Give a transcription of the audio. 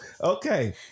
okay